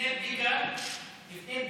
לפני בדיקה.